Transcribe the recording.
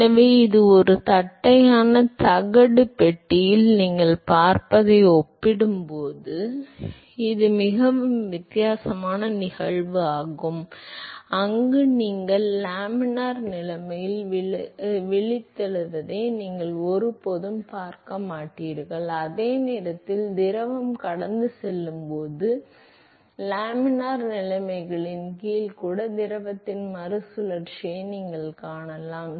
எனவே இது ஒரு தட்டையான தகடு பெட்டியில் நீங்கள் பார்ப்பதை ஒப்பிடும் போது இது மிகவும் வித்தியாசமான நிகழ்வு ஆகும் அங்கு நீங்கள் லேமினார் நிலைமைகளில் விழித்தெழுவதை நீங்கள் ஒருபோதும் பார்க்க மாட்டீர்கள் அதே நேரத்தில் திரவம் கடந்து செல்லும் போது லேமினார் நிலைமைகளின் கீழ் கூட திரவத்தின் மறுசுழற்சியை நீங்கள் காணலாம்